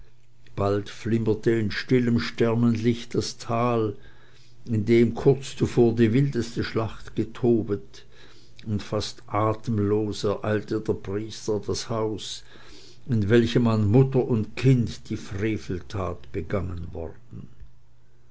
bald flimmerte in stillem sternenlicht das tal in dem kurz zuvor die wildeste schlacht getobet und fast atemlos ereilte der priester das haus in welchem an mutter und kind die freveltat begangen worden